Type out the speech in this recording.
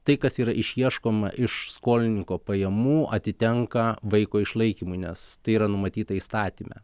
tai kas yra išieškoma iš skolininko pajamų atitenka vaiko išlaikymui nes tai yra numatyta įstatyme